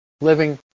Living